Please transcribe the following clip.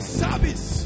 service